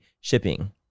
shipping